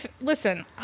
Listen